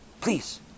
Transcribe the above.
Please